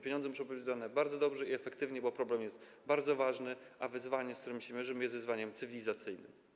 Pieniądze muszą być wydane bardzo dobrze i efektywnie, bo problem jest bardzo ważny, a wyzwanie, z którym się mierzymy, jest wyzwaniem cywilizacyjnym.